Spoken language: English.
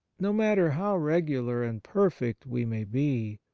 no matter how regular and perfect we may be,